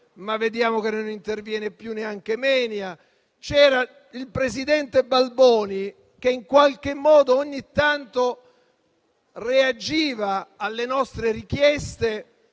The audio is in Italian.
ma vediamo che non interviene più nemmeno lui. C'era il presidente Balboni che in qualche modo ogni tanto reagiva alle nostre richieste